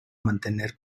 mantener